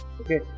okay